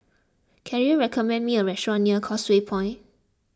can you recommend me a restaurant near Causeway Point